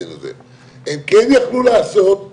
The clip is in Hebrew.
עדיין אנחנו לא רוצים לגעת בזה,